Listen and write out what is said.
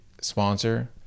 sponsor